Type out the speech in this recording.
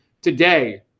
today